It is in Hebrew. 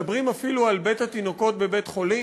מדברים אפילו על בית-התינוקות בבית-חולים.